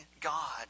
God